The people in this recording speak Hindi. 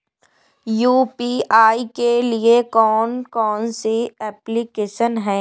यू.पी.आई के लिए कौन कौन सी एप्लिकेशन हैं?